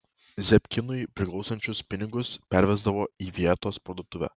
zebkinui priklausančius pinigus pervesdavo į vietos parduotuvę